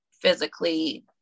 physically